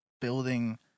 building